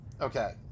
Okay